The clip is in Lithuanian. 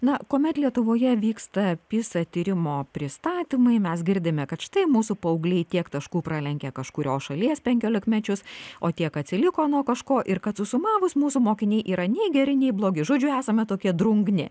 na kuomet lietuvoje vyksta pisa tyrimo pristatymai mes girdime kad štai mūsų paaugliai tiek taškų pralenkė kažkurios šalies penkiolikmečius o tiek atsiliko nuo kažko ir kad susumavus mūsų mokiniai yra nei geri nei blogi žodžiu esame tokie drungni